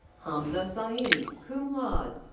hamza saeed, cum laude.